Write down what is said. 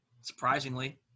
Surprisingly